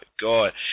God